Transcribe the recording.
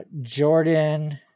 Jordan